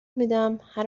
میدمهر